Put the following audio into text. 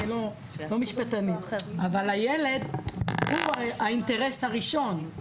אני לא משפטנית אבל הילד הוא האינטרס הראשון.